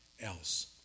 else